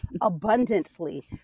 abundantly